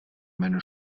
meine